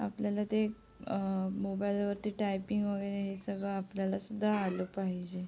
आपल्याला ते मोबाईलवरती टायपिंग वगैरे हे सगळं आपल्याला सुद्धा आलं पाहिजे